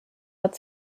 hat